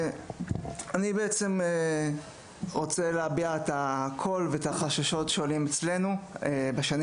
אני רוצה להביע את הקול ואת החששות שעולים אצלנו בשנים